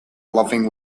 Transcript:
loving